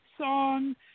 song